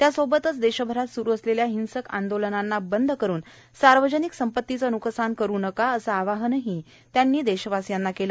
त्यासोबतच देशभरात सुरू असलेल्या हिंसक आंदोलनांना बंद करून सार्वजनिक संपतीचं न्कसान करू नका असं आवाहनंही त्यांनी देशवासियांना केलं